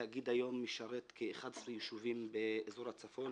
התאגיד היום משרת כ-11 ישובים באזור הצפון